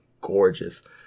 gorgeous